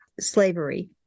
slavery